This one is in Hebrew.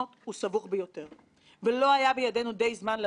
העניין השני ששולב לבקשתי הוא שולחן הרגולטורים.